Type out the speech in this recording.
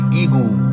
eagle